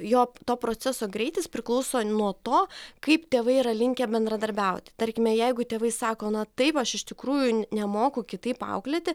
jo to proceso greitis priklauso nuo to kaip tėvai yra linkę bendradarbiauti tarkime jeigu tėvai sako na taip aš iš tikrųjų nemoku kitaip auklėti